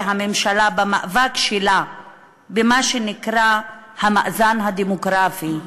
הממשלה במאבק שלה במה שנקרא "המאזן הדמוגרפי",